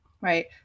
Right